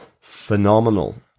phenomenal